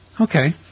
Okay